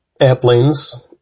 airplanes